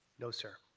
no, sir.